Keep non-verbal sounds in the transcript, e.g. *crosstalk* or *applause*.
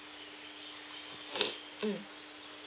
*noise* mm